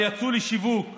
יצאו לשיווק